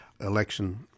election